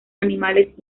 animales